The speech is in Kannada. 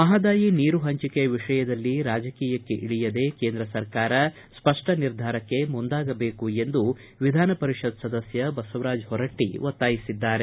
ಮಹಾದಾಯಿ ನೀರು ಪಂಚಿಕೆಯ ವಿಷಯದಲ್ಲಿ ರಾಜಕೀಯಕ್ಕೆ ಇಳಿಯದೆ ಕೇಂದ್ರ ಸರ್ಕಾರ ಸ್ವಪ್ಪ ನಿರ್ಧಾರಕ್ಕೆ ಮುಂದಾಗಬೇಕೆಂದು ವಿಧಾನ ಪರಿಷತ್ ಸದಸ್ಯ ಬಸವರಾಜ ಹೊರಟ್ಟೆ ಒತ್ತಾಯಿಸಿದ್ದಾರೆ